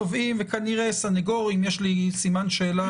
תובעים וכנראה סנגורים יש לי סימן שאלה